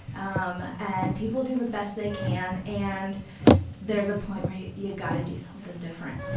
um and people do the best they can and there's a point where you yeah gotta do something different.